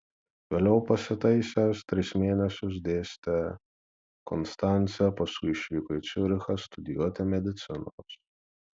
vėliau pasitaisęs tris mėnesius dėstė konstance paskui išvyko į ciurichą studijuoti medicinos